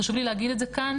חשוב לי להגיד את זה כאן,